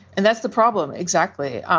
and that's the problem. exactly.